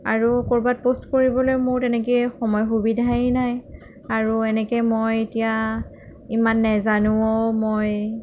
আৰু ক'ৰবাত প'ষ্ট কৰিবলৈ মোৰ তেনেকৈ সময় সুবিধাই নাই আৰু এনেকৈ মই এতিয়া ইমান নেজানোঁও মই